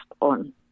on